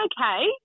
okay